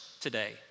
today